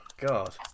God